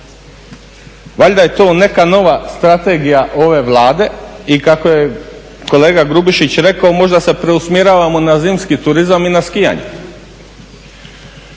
Valjda je to neka nova strategija ove Vlade i kako je kolega Grubišić rekao možda se preusmjeravamo na zimski turizam i na skijanje.